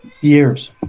years